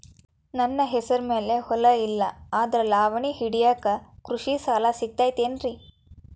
ನನ್ನ ಹೆಸರು ಮ್ಯಾಲೆ ಹೊಲಾ ಇಲ್ಲ ಆದ್ರ ಲಾವಣಿ ಹಿಡಿಯಾಕ್ ಕೃಷಿ ಸಾಲಾ ಸಿಗತೈತಿ ಏನ್ರಿ?